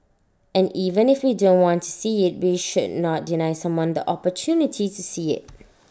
and even if we don't want to see IT we should not deny someone the opportunity to see IT